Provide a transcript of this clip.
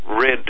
red